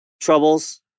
troubles